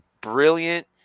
brilliant